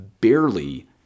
barely